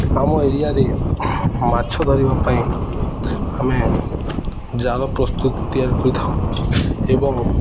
ଆମ ଏରିଆରେ ମାଛ ଧରିବା ପାଇଁ ଆମେ ଜାଲ ପ୍ରସ୍ତୁତି ତିଆରି କରିଥାଉ ଏବଂ